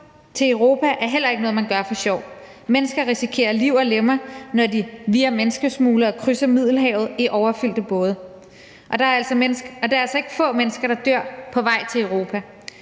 til Europa er heller ikke noget, man gør for sjov. Mennesker risikerer liv og lemmer, når de via menneskesmuglere krydser Middelhavet i overfyldte både. Og det er altså ikke få mennesker, der dør på vej til Europa.